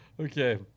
Okay